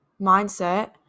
mindset